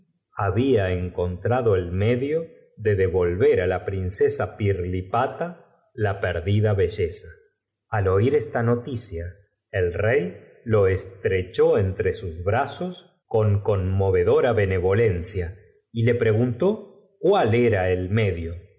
habla encontrado el medio de devolver á la princesa pirlipata la perdida belleza al oir esta noticia el rey lo estrechó entre sus brazos con conmovedora benevolencia y le preguntó cué l era el medio